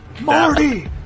Marty